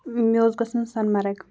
مےٚ اوس گژھُن سۄنہٕ مَرٕگ